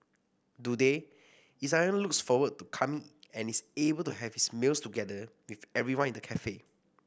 today Isaiah looks forward to coming and is able to have his meals together with everyone in the cafe